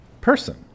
person